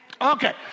Okay